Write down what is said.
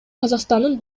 казакстандын